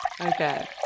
Okay